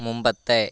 മുമ്പത്തെ